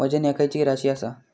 वजन ह्या खैची राशी असा?